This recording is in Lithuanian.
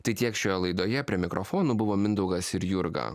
tai tiek šioje laidoje prie mikrofonų buvo mindaugas ir jurga